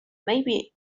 maybe